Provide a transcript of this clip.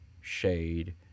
shade